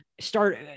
start